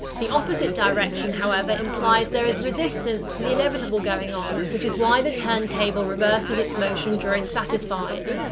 the opposite direction, however, implies there is resistance to the inevitable going on, which is why the turntable reverses its motion during satisfied.